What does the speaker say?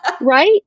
Right